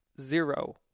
zero